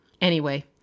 Anyway